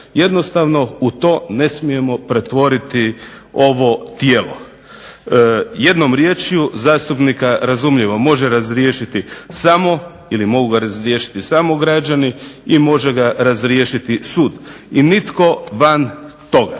Jednostavno u to ne smijemo pretvoriti ovo tijelo. Jednom riječju zastupnika razumljivo može razriješiti samo ili mogu ga razriješiti samo građani i može ga razriješiti sud. I nitko van toga.